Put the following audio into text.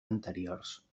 anteriors